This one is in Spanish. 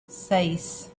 seis